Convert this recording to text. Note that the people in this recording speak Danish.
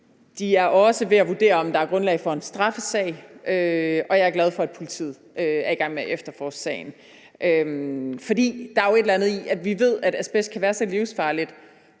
De er også ved at vurdere, om der er grundlag for en straffesag, og jeg er glad for, at politiet er i gang med at efterforske sagen. For der er jo et eller andet i, at vi ved, at asbest kan være så livsfarligt,